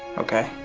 okay?